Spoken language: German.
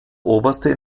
oberste